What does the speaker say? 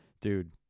dude